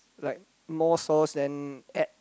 like more sauce then add